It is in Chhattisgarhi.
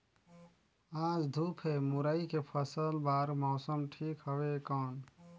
आज धूप हे मुरई के फसल बार मौसम ठीक हवय कौन?